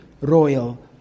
royal